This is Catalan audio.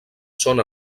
són